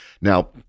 Now